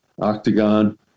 octagon